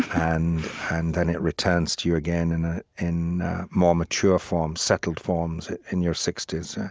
and and then it returns to you again in ah in more mature forms, settled forms, in your sixty s.